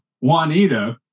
Juanita